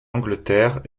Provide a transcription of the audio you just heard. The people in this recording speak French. angleterre